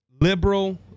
liberal